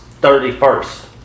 31st